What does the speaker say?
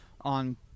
on